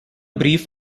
brief